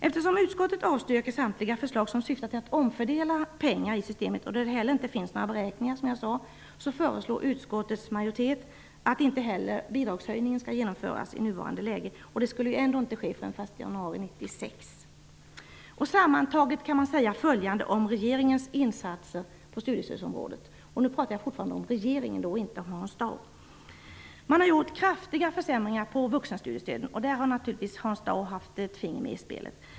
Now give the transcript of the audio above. Eftersom utskottet avstyrker samtliga förslag som syftar till att omfördela pengar i systemet och då det inte heller finns några beräkningar, föreslår utskottets majoritet att inte heller bidragshöjningen skall genomföras i nuvarande läge. Det skulle ändå inte ske förrän den 1 januari Sammantaget kan följande sägas om regeringens insatser på studiestödsområdet -- och nu pratar jag fortfarande om regeringen och inte om Hans Dau: Man har gjort kraftiga försämringar av vuxenstudiestödet. Där har naturligtvis Hans Dau haft ett finger med i spelet.